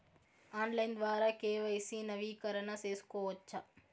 Online ద్వారా KYC నవీకరణ సేసుకోవచ్చా?